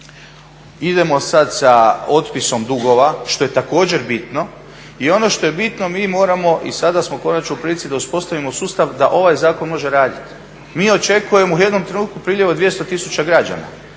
Idemo sad sa otpisom dugova što je također bitno. I ono što je bitno mi moramo i sada smo konačno u prilici da uspostavimo sustav da ovaj zakon može raditi. Mi očekujemo u jednom trenutku priljev od 200 tisuća građana.